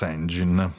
Engine